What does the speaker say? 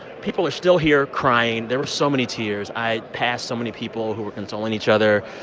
people are still here crying. there were so many tears. i passed so many people who were consoling each other.